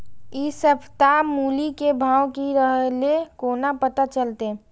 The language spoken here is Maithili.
इ सप्ताह मूली के भाव की रहले कोना पता चलते?